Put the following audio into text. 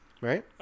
right